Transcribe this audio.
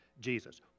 Jesus